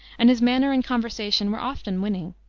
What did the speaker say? and his manner and conversation were often winning.